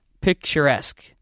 picturesque